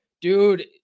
dude